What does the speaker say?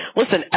listen